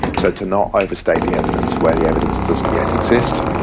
so to not overstate the evidence where the evidence doesn't yet exist,